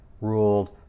ruled